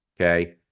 Okay